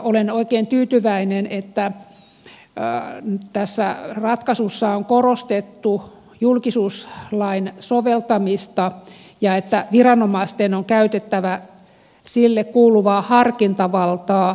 olen oikein tyytyväinen että tässä ratkaisussa on korostettu julkisuuslain soveltamista ja että viranomaisten on käytettävä sille kuuluvaa harkintavaltaa julkisuusmyönteisesti